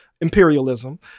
imperialism